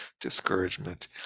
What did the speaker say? discouragement